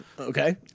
Okay